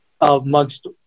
amongst